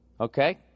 Okay